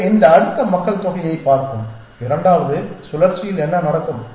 எனவே இந்த அடுத்த மக்கள் தொகையைப் பார்ப்போம் இரண்டாவது சுழற்சியில் என்ன நடக்கும்